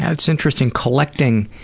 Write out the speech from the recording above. it's interesting. collecting.